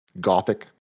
Gothic